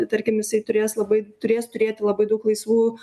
tarkim jisai turės labai turės turėti labai daug laisvų